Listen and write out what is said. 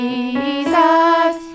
Jesus